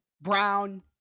Brown